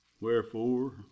Wherefore